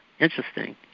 Interesting